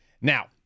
now